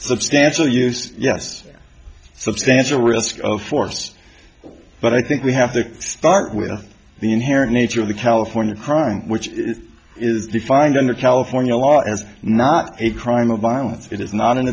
substantial use yes substantial risk of force but i think we have to start with the inherent nature of the california crime which is defined under california law is not a crime of violence i